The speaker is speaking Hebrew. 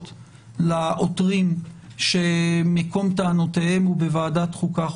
לעותרים שמקום טענותיהם הוא בוועדת חוקה,